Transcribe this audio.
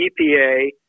EPA